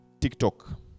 TikTok